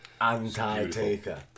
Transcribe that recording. Anti-Taker